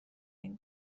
این